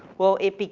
well, it bec,